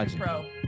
Pro